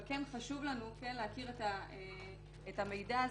אבל חשוב לנו להכיר את המידע הזה.